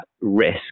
risk